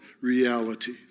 reality